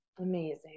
Amazing